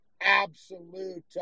absolute